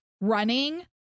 running